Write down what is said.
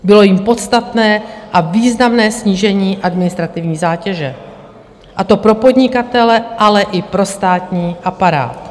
Bylo jím podstatné a významné snížení administrativní zátěže, a to pro podnikatele, ale i pro státní aparát.